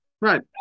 Right